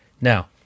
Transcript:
Now